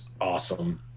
awesome